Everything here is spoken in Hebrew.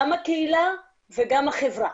גם הקהילה וגם החברה.